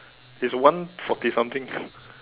it's one forty something